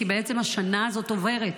כי בעצם השנה הזאת עוברת.